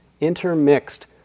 intermixed